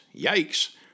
Yikes